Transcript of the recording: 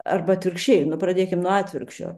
arba atvirkščiai nu pradėkim nuo atvirkščio